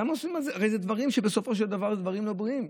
הרי אלה דברים שבסופו של דבר הם דברים לא בריאים.